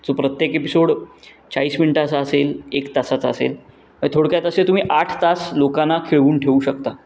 जो प्रत्येक एपिसोड चाळीस मिनटाचा असेल एक तासाचा असेल मये थोडक्यात असे तुम्ही आठ तास लोकांना खिळवून ठेवू शकता